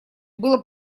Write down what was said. было